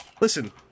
listen